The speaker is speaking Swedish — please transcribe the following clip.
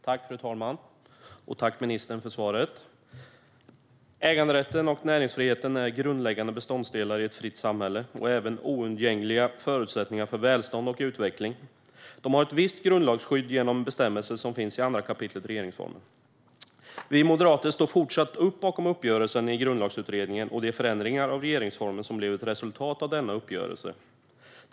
Fru talman! Tack, ministern, för svaret! Äganderätten och näringsfriheten är grundläggande beståndsdelar i ett fritt samhälle och även oundgängliga förutsättningar för välstånd och utveckling. De har ett visst grundlagsskydd genom bestämmelser som finns i 2 kap. regeringsformen. Vi moderater står fortsatt bakom uppgörelsen i Grundlagsutredningen och de förändringar av regeringsformen som blivit resultatet av denna uppgörelse.